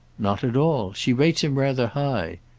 not at all. she rates him rather high.